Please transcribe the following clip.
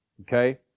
Okay